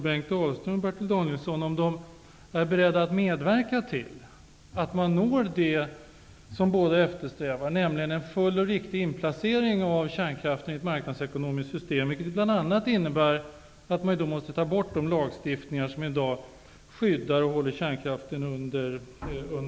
Bertil Danielsson om ni är beredda att medverka till att man når det som ni båda eftersträvar, nämligen en full och riktig inplacering av kärnkraften i ett marknadsekonomiskt system, vilket bl.a. innebär att man måste ta bort de lagstiftningar som i dag skyddar och bär upp kärnkraften.